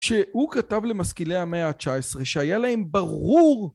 שהוא כתב למשכילי המאה התשע עשרה שהיה להם ברור